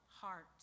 heart